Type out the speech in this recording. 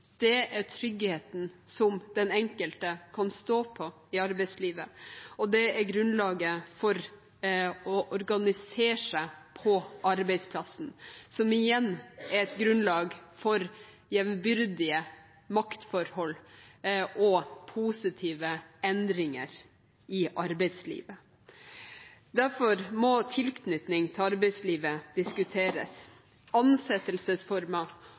det er tryggheten som den enkelte kan stå på i arbeidslivet, og det er grunnlaget for å organisere seg på arbeidsplassen, som igjen er et grunnlag for jevnbyrdige maktforhold og positive endringer i arbeidslivet. Derfor må tilknytning til arbeidslivet diskuteres.